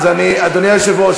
אדוני היושב-ראש,